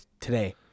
today